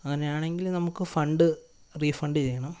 അങ്ങനെയാണെങ്കിൽ നമുക്ക് fund refund ചെയ്യണം